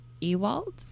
Ewald